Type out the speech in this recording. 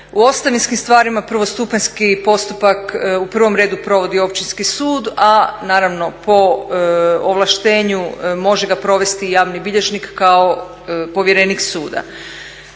U ostavinskim stvarima prvostupanjski postupak u prvom redu provodi Općinski sud, a naravno po ovlaštenju može ga provesti i javni bilježnik kao povjerenik suda.